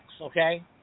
okay